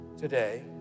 today